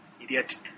idiot